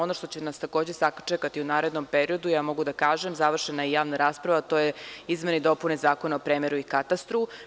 Ono što će nas takođe sačekati u narednom periodu, ja mogu da kažem da je završena javna rasprava o izmenama i dopunama Zakona o premeru i katastru.